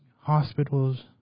hospitals